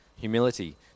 humility